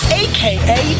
aka